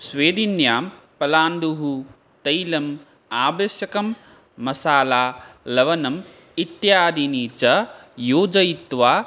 स्वेदिन्यां पलाण्डुः तैलम् आवश्यकं मसाला लवणम् इत्यादीनि च योजयित्वा